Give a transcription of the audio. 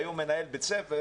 שהיום מנהל בית ספר,